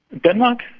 denmark?